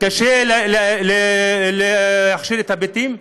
קשה להכשיר את הבתים?